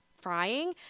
frying